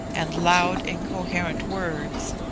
and loud incoherent words,